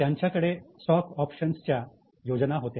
त्यांच्याकडे स्टॉक ऑप्शन्सच्या योजना होत्या